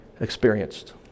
experienced